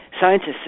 Scientists